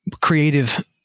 creative